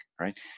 right